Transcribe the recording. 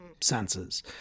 senses